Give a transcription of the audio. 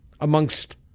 amongst